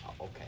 Okay